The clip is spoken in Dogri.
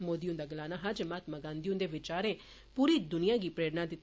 मोदी हुन्दा गलाना हा जे महात्मा गांधी हुन्दे विचारें पूरी दुनिया गी प्ररेणा कीती